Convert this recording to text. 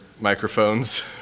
microphones